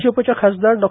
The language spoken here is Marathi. भाजपच्या खासदार डॉ